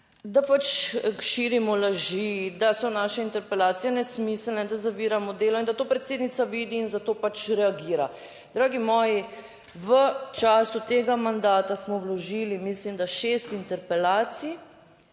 da pač širimo laži, da so naše interpelacije nesmiselne, da zaviramo delo in da to predsednica vidi in da to pač reagira. Dragi moji, v času tega mandata smo vložili, mislim, da šest interpelacij.